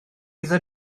iddo